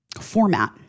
format